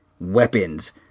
Weapons